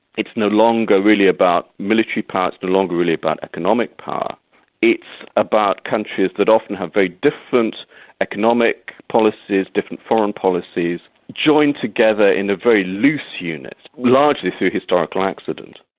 it's no longer really about military power, it's no longer really about economic power it's about countries that often have very different economic policies, different foreign policies, joined together in a very loose unit, largely through historical accident.